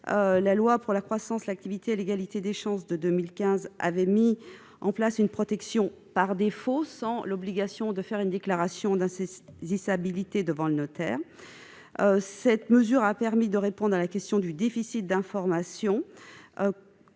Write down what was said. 2015 pour la croissance, l'activité et l'égalité des chances économiques a mis en place une protection par défaut, sans déclaration d'insaisissabilité devant notaire. Cette mesure a permis de répondre à la question du déficit d'information